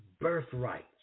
birthright